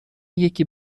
یکی